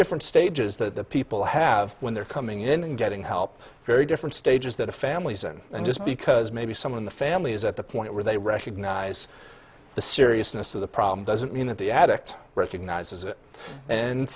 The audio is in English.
different stages that the people have when they're coming in and getting help very different stages that a family isn't and just because maybe some of the family is at the point where they recognize the seriousness of the problem doesn't mean that the addict recognizes it and